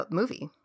movie